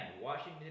Washington